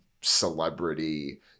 celebrity